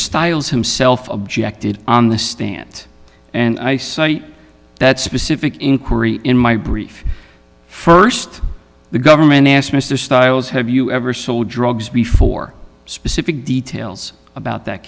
styles himself objected on the stand and i saw that specific inquiry in my brief st the government asked mr styles have you ever sold drugs before specific details about that